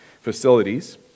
facilities